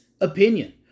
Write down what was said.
opinion